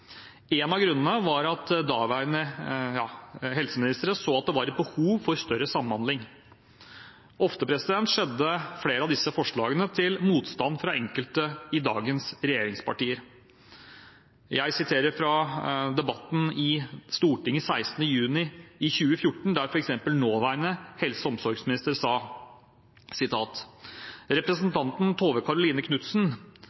En av grunnene var at de daværende helseministrene så et behov for større samhandling. Ofte møtte flere av disse forslagene motstand hos enkelte i dagens regjeringspartier. Jeg siterer fra debatten i Stortinget 16. juni 2014, der nåværende helse- og omsorgsminister sa: